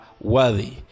worthy